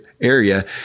area